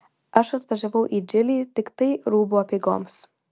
aš atvažiavau į džilį tiktai rūbų apeigoms